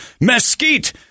mesquite